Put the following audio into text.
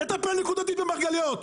לטפל נקודתית במרגליות,